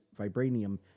vibranium